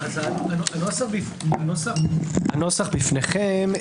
הנוסח בפניכם.